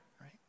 right